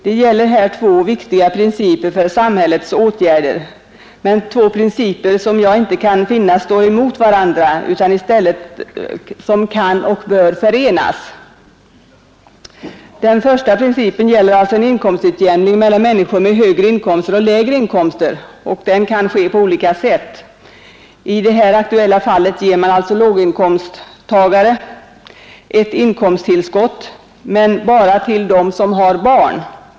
Det gäller här två viktiga principer för samhällets åtgärder, men två principer som jag inte kan finna står emot varandra utan som i stället kan och bör förenas. Den första principen gäller alltså en inkomstutjämning mellan människor med högre inkomster och människor med lägre inkomster. En sådan inkomstutjämning kan ske på olika sätt. I det här aktuella fallet ger man alltså låginkomsttagare ett inkomsttillskott — men bara dem som har barn.